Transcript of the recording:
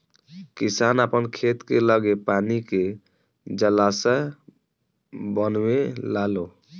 किसान आपन खेत के लगे पानी के जलाशय बनवे लालो